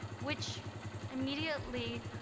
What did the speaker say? which immediately